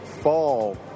fall